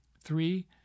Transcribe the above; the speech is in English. Three